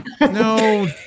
No